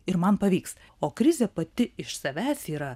ir man pavyks o krizė pati iš savęs yra